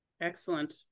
Excellent